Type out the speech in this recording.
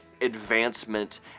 advancement